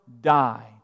die